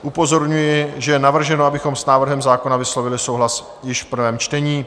Upozorňuji, že je navrženo, abychom s návrhem zákona vyslovili souhlas již v prvém čtení.